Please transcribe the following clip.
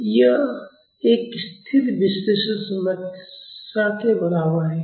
तो यह एक स्थिर विश्लेषण समस्या के बराबर है